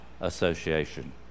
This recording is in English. association